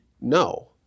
no